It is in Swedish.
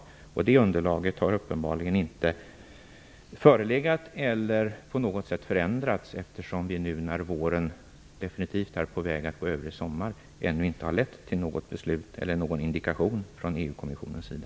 Men något sådant underlag har uppenbarligen inte förelegat, eller också har det på något sätt förändrats. Trots att våren nu definitivt är på väg att gå över till sommar har detta ännu inte lett till något beslut eller till någon indikation från EU-kommissionens sida.